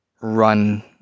run